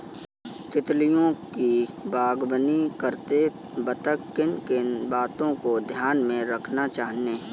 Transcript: तितलियों की बागवानी करते वक्त किन किन बातों को ध्यान में रखना चाहिए?